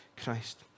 christ